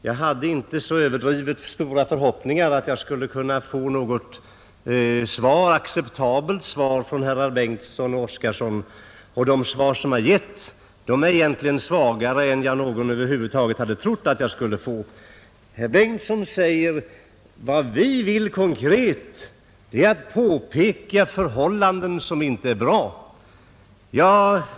Vad vi vill konkret är att peka på förhållanden som inte är bra.